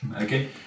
Okay